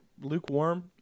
lukewarm